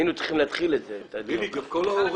תודה רבה.